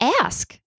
ask